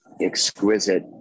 exquisite